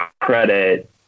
credit